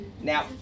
Now